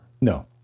No